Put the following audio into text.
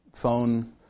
phone